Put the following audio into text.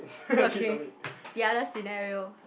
okay the other scenario